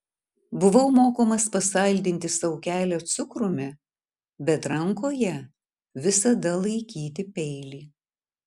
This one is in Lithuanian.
buvau mokomas pasaldinti sau kelią cukrumi bet rankoje visada laikyti peilį